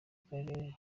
karere